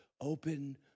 open